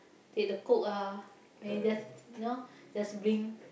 take the coke ah then you just you know just bring